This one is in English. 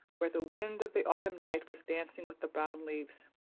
where the wind of the autumn night was dancing with the brown leaves.